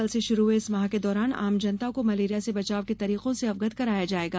कल से शुरू हुए इस माह के दौरान आम जनता को मलेरिया से बचाव के तरीकों से अवगत कराया जाएगा